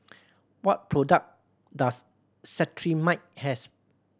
what product does Cetrimide have